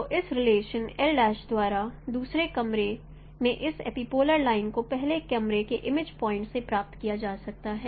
तो यह रिलेशन दूसरे कैमरे में इस एपिपोलर लाइन को पहले कैमरे के इमेज पॉइंट से प्राप्त किया जा सकता है